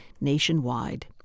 nationwide